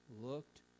looked